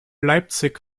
leipzig